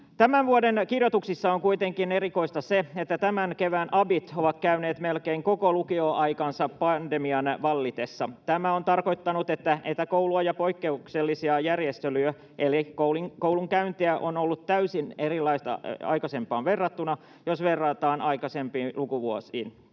Tämän vuoden kirjoituksissa on kuitenkin erikoista se, että tämän kevään abit ovat käyneet melkein koko lukioaikansa pandemian vallitessa. Tämä on tarkoittanut etäkoulua ja poikkeuksellisia järjestelyjä, eli koulunkäynti on ollut täysin erilaista aikaisempaan verrattuna — jos verrataan aikaisempiin lukuvuosiin.